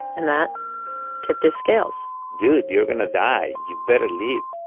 and that tipped his scales dude, you're going to die. you'd better leave